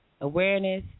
Awareness